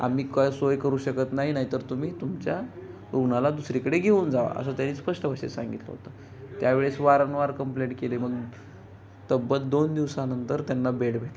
आम्ही काय सोय करू शकत नाही नाहीतर तुम्ही तुमच्या रुग्णाला दुसरीकडे घेऊन जावा असं त्यानी स्पष्ट भाषेत सांगितलं होतं त्यावेळेस वारंवार कंप्लेंट केले मग तब्बल दोन दिवसानंतर त्यांना बेड भेटला